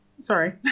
Sorry